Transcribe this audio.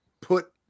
put